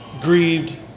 grieved